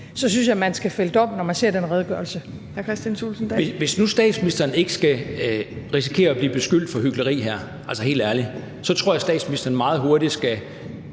Thulesen Dahl. Kl. 13:18 Kristian Thulesen Dahl (DF): Hvis nu statsministeren ikke skal risikere at blive beskyldt for hykleri her, altså helt ærligt, så tror jeg, statsministeren meget hurtigt skal